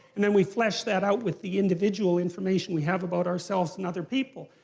and then we flesh that out with the individual information we have about ourselves and other people.